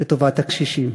לטובת הקשישים,